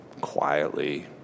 quietly